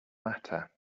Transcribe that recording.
matter